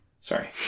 Sorry